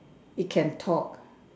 it can talk